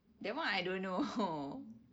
that one I don't know [ho]